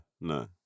No